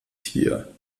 tier